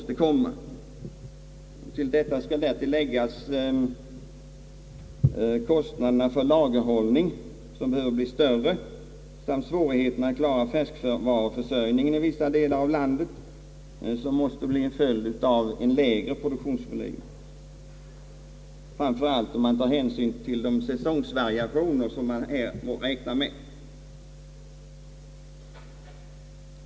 Till detta skall läggas kostnaderna för lagerhållning samt svårigheterna att klara färskvaruförsörjningen i vissa delar av landet, som måste bli en följd av den lägre produktionsvolymen, då med särskild hänsyn tagen till säsongvariationerna inom denna produktionsgren.